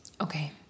Okay